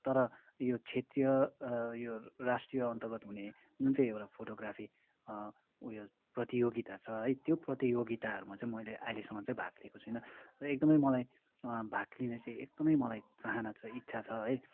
तर यो क्षेत्रीय यो राष्ट्रिय अन्तर्गत हुने जुन चाहिँ एउटा फोटोग्राफी उयो प्रतियोगिता छ है त्यो प्रतियोगिताहरूमा चाहिँ मैले अहिलेसम्म चाहिँ भाग लिएको छुइनँ र एकदमै मलाई भाग लिने चाहिँ एकदमै मलाई चाहना छ इच्छा छ है